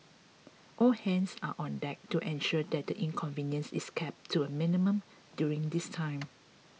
all hands are on deck to ensure that the inconvenience is kept to a minimum during this time